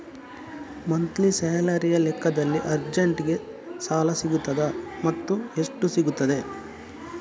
Monthly ಸ್ಯಾಲರಿಯ ಲೆಕ್ಕದಲ್ಲಿ ಅರ್ಜೆಂಟಿಗೆ ಸಾಲ ಸಿಗುತ್ತದಾ ಮತ್ತುಎಷ್ಟು ಸಿಗುತ್ತದೆ?